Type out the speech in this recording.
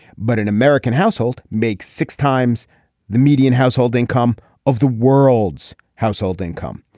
but an american household makes six times the median household income of the world's household income.